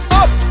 up